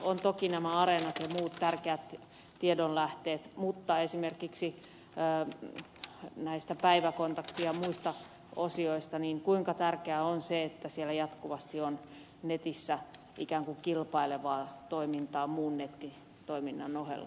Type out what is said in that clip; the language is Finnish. on toki nämä areenat ja muut tärkeät tiedonlähteet mutta esimerkiksi näihin päiväkontakti ja muihin osioihin liittyen kuinka tärkeää on se että siellä netissä jatkuvasti on ikään kuin kilpailevaa toimintaa muun nettitoiminnan ohella